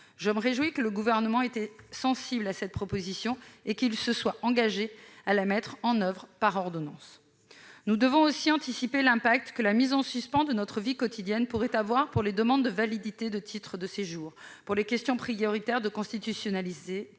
Je me réjouis que le Gouvernement ait été sensible à cette proposition et qu'il se soit engagé à la mettre en oeuvre par ordonnance. Nous devons aussi anticiper l'impact que la mise en suspens de notre vie quotidienne pourrait avoir sur les demandes de titres de séjour, les questions prioritaires de constitutionnalité,